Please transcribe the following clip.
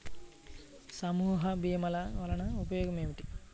సమూహ భీమాల వలన ఉపయోగం ఏమిటీ?